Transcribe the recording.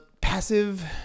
Passive